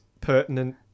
pertinent